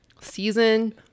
Season